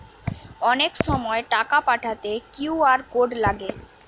অনেক সময় টাকা পাঠাতে কিউ.আর কোড লাগে